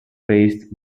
faced